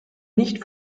nicht